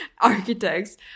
architects